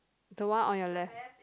the one on your left